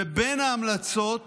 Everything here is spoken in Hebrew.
בין ההמלצות